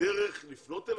דרך לפנות אליכם?